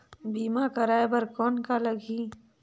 बीमा कराय बर कौन का लगही?